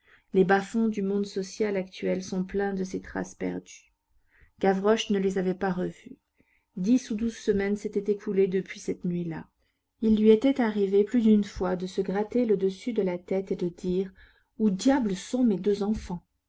les bas-fonds du monde social actuel sont pleins de ces traces perdues gavroche ne les avait pas revus dix ou douze semaines s'étaient écoulées depuis cette nuit-là il lui était arrivé plus d'une fois de se gratter le dessus de la tête et de dire où diable sont mes deux enfants